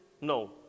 No